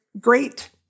great